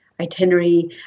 itinerary